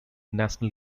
national